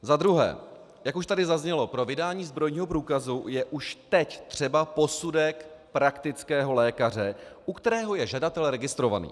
Za druhé, jak už tady zaznělo, pro vydání zbrojního průkazu je už teď třeba posudek praktického lékaře, u kterého je žadatel registrovaný.